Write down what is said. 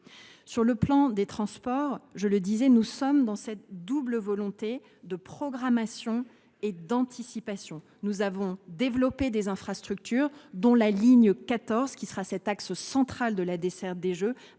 qui est des transports, je l’ai dit, nous sommes mus par une double volonté de programmation et d’anticipation. Nous avons développé des infrastructures, dont la ligne 14, qui sera l’axe central de la desserte des Jeux,